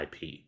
IP